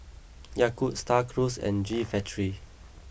Yakult Star Cruise and G Factory